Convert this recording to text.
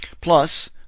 plus